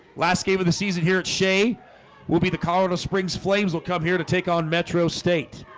last game of the season here at shea will be the colorado springs flames will come here to take on metro state